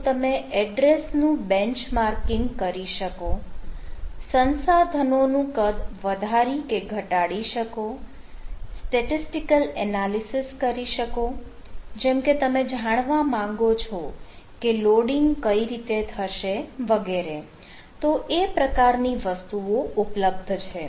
તો તમે એડ્રેસ નું બેન્ચ માર્કિંગ કરી શકો સંસાધનો નું કદ વધારી કે ઘટાડી શકો સ્ટેટિસ્ટિકલ એનાલિસિસ કરી શકો જેમકે તમે જાણવા માંગો છો કે લોડિંગ કઈ રીતે થશે વગેરે તો એ પ્રકારની વસ્તુઓ ઉપલબ્ધ છે